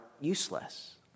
useless